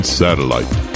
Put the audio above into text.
satellite